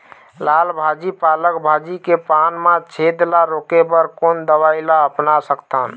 लाल भाजी पालक भाजी के पान मा छेद ला रोके बर कोन दवई ला अपना सकथन?